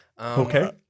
Okay